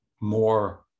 more